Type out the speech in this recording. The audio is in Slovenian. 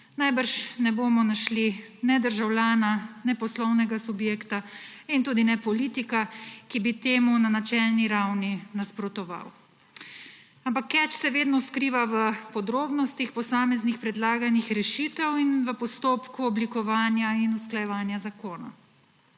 najbrž ne bomo našli ne državljana ne poslovnega subjekta in tudi ne politika, ki bi temu na načelni ravni nasprotoval. Ampak catch se vedno skriva v podrobnostih posameznih predlaganih rešitev in v postopku oblikovanja in usklajevanja zakona.